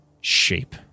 shape